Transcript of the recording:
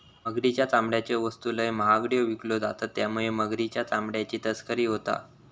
मगरीच्या चामड्याच्यो वस्तू लय महागड्यो विकल्यो जातत त्यामुळे मगरीच्या चामड्याची तस्करी होता